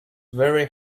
very